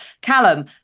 Callum